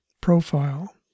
profile